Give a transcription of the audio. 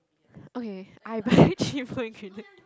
okay I buy cheap one can already